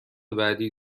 بعدی